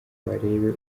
barebe